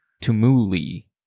Tumuli